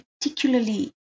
particularly